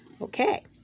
Okay